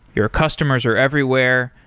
your customers are everywhere.